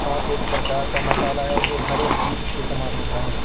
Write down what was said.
सौंफ एक प्रकार का मसाला है जो हरे बीज के समान होता है